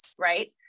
right